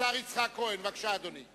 השר יצחק כהן, בבקשה, אדוני.